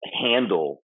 handle